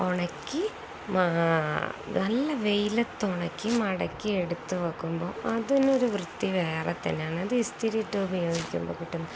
ഉണക്കി നല്ല വെയിലത്തുണക്കി മടക്കി എടുത്തുവയ്ക്കുമ്പോള് അതിനൊരു വൃത്തി വേറെ തന്നെയാണ് അത് ഇ സ്തിരിയിട്ട് ഉപയോഗിക്കുമ്പോള് കിട്ടുന്നത്